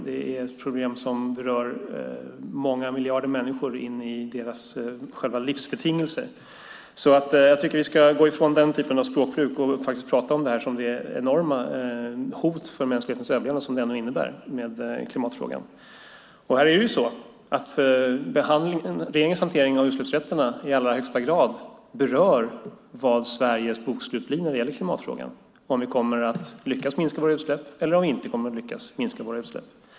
Den är ett problem som berör många miljarder människor in i deras själva livsbetingelser, så jag tycker att vi ska gå ifrån den typen av språkbruk och prata om det enorma hot mot mänsklighetens överlevnad som klimatfrågan ändå innebär. Regeringens hantering av utsläppsrätterna berör i allra högsta grad vad Sveriges bokslut blir när det gäller klimatfrågan, om vi kommer att lyckas minska våra utsläpp eller om vi inte kommer att lyckas minska våra utsläpp.